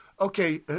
Okay